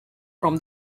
from